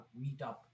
meetup